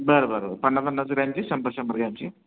बरं बरं बरं पन्नास पन्नाचं ग्रॅमची शंभर शंभर ग्रॅमची